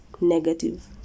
negative